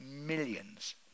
millions